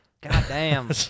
goddamn